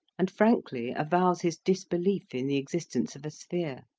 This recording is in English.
and frankly avows his disbelief in the existence of a sphere.